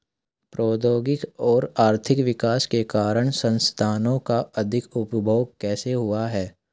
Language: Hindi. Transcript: प्रौद्योगिक और आर्थिक विकास के कारण संसाधानों का अधिक उपभोग कैसे हुआ है?